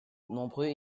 nombreux